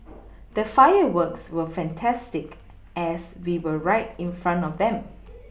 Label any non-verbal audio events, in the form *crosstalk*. *noise* the fireworks were fantastic as we were right in front of them